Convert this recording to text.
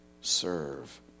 serve